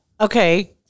Okay